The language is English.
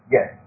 Yes